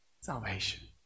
Salvation